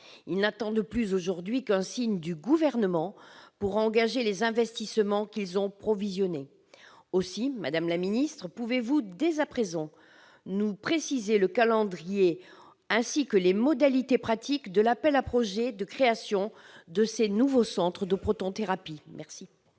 Ils n'attendent plus aujourd'hui qu'un signe du Gouvernement pour engager les investissements qu'ils ont provisionnés. Aussi, madame la secrétaire d'État, pouvez-vous dès à présent nous préciser le calendrier, ainsi que les modalités pratiques de l'appel à projets de création de ces nouveaux centres de protonthérapie ?